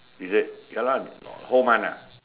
is it can lah whole month ah